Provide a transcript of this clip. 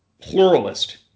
pluralist